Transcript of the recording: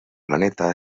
planeta